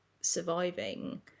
surviving